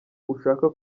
ushaka